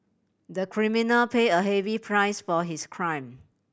the criminal paid a heavy price for his crime